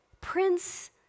prince